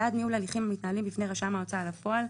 בעד ניהול הליכים המתנהלים בפני רשם ההוצאה לפועל,